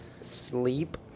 sleep